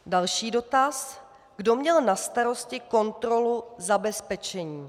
Další dotaz: Kdo měl na starosti kontrolu zabezpečení?